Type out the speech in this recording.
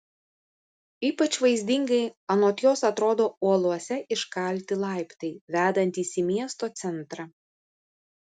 ypač vaizdingai anot jos atrodo uolose iškalti laiptai vedantys į miesto centrą